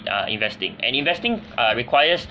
uh investing and investing uh requires